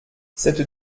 cette